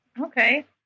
okay